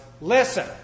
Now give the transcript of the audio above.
listen